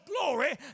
glory